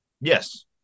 Yes